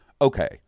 okay